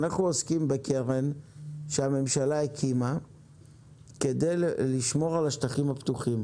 אנחנו עוסקים בקרן שהממשלה הקימה כדי לשמור על השטחים הפתוחים.